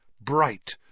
bright